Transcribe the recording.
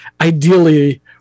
ideally